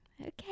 Okay